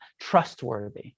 trustworthy